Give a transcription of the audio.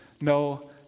No